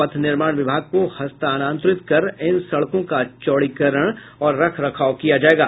पथ निर्माण विभाग को हस्तानांतरित कर इन सड़कों का चौड़ीकरण और रख रखाव किया जायेगा